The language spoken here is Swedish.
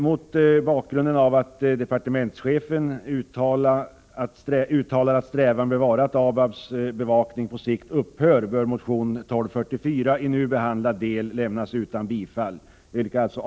Mot bakgrund av att departementschefen uttalar att strävan bör vara att ABAB:s bevakning på sikt upphör bör motion 1244 i nu behandlad del lämnas utan bifall.